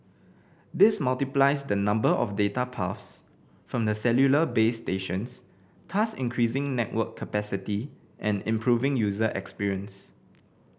this multiplies the number of data paths from the cellular base stations thus increasing network capacity and improving user experience